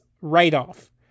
write-off